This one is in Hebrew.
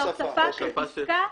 זה הוספת פסקה.